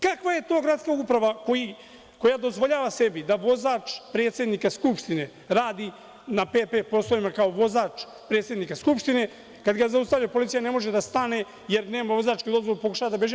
Kakva je to gradska uprava koja dozvoljava sebi da vozač predsednika Skupštine radi na p.p. poslovima kao vozač predsednika Skupštine, kada ga zaustavi policija ne može da stane jer nema vozačku dozvolu, pokušava da beži.